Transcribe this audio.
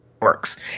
works